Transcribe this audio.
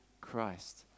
Christ